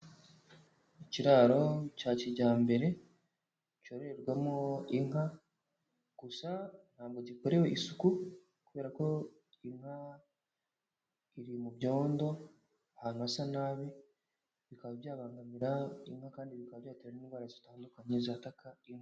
Ikiraro cya kijyambere cyororerwamo inka, gusa ntabwo gikorewe isuku kubera ko inka iri mu byondo ahantu hasa nabi, bikaba byabangamira inka kandi bikaba byatera n'indwara zitandukanye zataka inka.